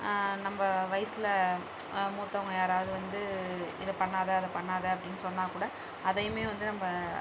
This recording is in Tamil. நம்ம வயசில் மூத்தவங்க யாராவது வந்து இதைப் பண்ணாத அதைப் பண்ணாத அப்படின்னு சொன்னாக்கூட அதையுமே வந்து நம்ம